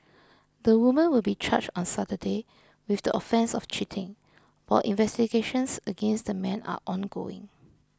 the woman will be charged on Saturday with the offence of cheating while investigations against the man are ongoing